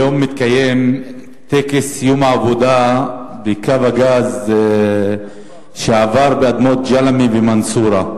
היום מתקיים טקס יום העבודה בקו הגז שעבר באדמות ג'למי ומנסורה,